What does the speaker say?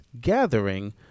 gathering